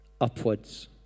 upwards